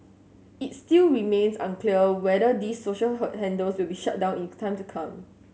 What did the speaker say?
it still remains unclear whether these social hold handles will be shut down in time to come